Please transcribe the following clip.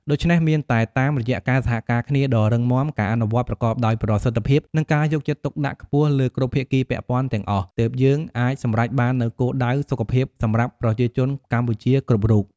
ដូច្នេះមានតែតាមរយៈការសហការគ្នាដ៏រឹងមាំ ការអនុវត្តប្រកបដោយប្រសិទ្ធភាព និងការយកចិត្តទុកដាក់ខ្ពស់ពីគ្រប់ភាគីពាក់ព័ន្ធទាំងអស់ ទើបយើងអាចសម្រេចបាននូវគោលដៅសុខភាពសម្រាប់ប្រជាជនកម្ពុជាគ្រប់រូប។